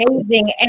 amazing